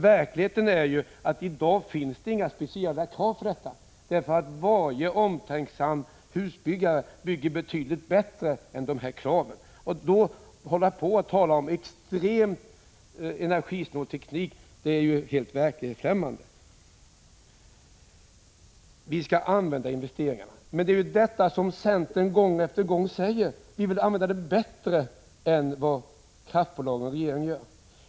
Verkligheten är ju den att det i dag inte finns några speciella krav härvidlag, eftersom varje omtänksam husbyggare ju bygger bättre än vad som föreskrivs i dessa krav. Och att då tala om extremt energisnål teknik som krav för direktverkande el är ju helt verklighetsfrämmande. Energiministern säger att vi skall använda de gjorda investeringarna. Det är ju det som centern gång efter gång framhåller. Vi vill använda resurserna bättre än vad kraftbolagen och regeringen gör.